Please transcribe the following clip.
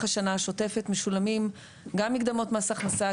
השנה השוטפת משולמים גם מקדמות מס הכנסה,